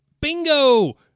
Bingo